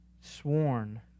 sworn